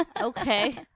okay